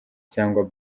cyangwa